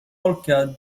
polka